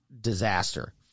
disaster